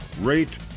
rate